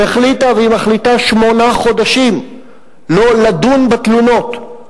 והחליטה והיא מחליטה שמונה חודשים לא לדון בתלונות.